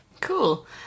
Cool